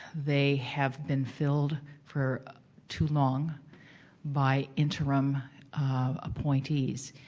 they have been filled for too long by interim appointees.